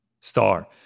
Star